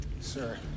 Sir